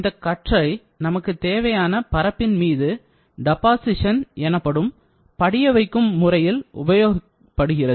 இந்த கற்றை நமக்கு தேவையான பரப்பின் மீது டெபாசிஷன் எனப்படும் படிய வைக்கும் முறையில் உபயோகப்படுகிறது